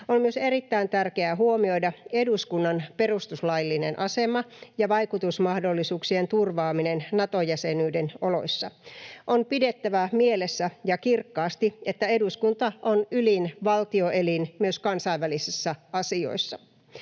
On myös erittäin tärkeää huomioida eduskunnan perustuslaillinen asema ja vaikutusmahdollisuuksien turvaaminen Nato-jäsenyyden oloissa. On pidettävä mielessä ja kirkkaasti, että eduskunta on ylin valtioelin myös kansainvälisissä asioissa.